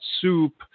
soup